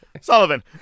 Sullivan